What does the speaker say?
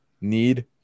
need